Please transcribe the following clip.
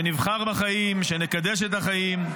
שנבחר בחיים, שנקדש את החיים.